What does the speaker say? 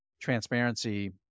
transparency